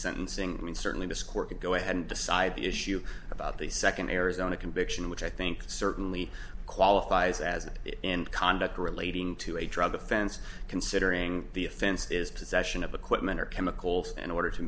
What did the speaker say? sentencing i mean certainly to score could go ahead and decide the issue about the second arizona conviction which i think certainly qualifies as in conduct relating to a drug offense considering the offense is possession of equipment or chemicals an order to